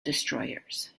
destroyers